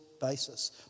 basis